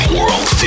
World